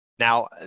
Now